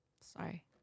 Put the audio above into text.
sorry